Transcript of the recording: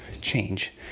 change